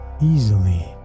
easily